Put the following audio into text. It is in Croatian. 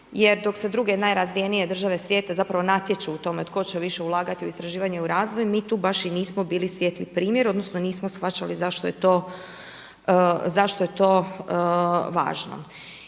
Jer dok se druge najrazvijenije države svijeta zapravo natječu u tome tko će više ulagati u istraživanje, u razvoj mi tu baš i nismo bili svijetli primjer odnosno nismo shvaćali zašto je to važno.